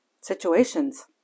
situations